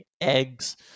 Eggs